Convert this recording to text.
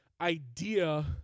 idea